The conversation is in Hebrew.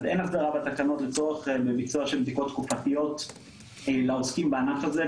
אין החדרה בתקנות לצורך ביצוע של בדיקות תקופתיות לעוסקים בענף הזה,